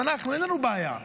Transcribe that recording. לנו אין בעיה.